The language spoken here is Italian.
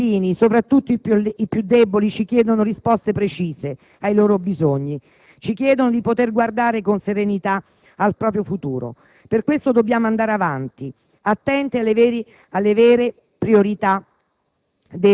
I cittadini, soprattutto i più deboli, ci chiedono risposte precise ai loro bisogni, ci chiedono di poter guardare con serenità al proprio futuro. Per questo dobbiamo andare avanti, attenti alle vere priorità